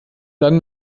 dann